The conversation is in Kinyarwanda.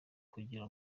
kugira